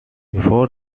before